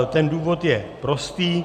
Ten důvod je prostý.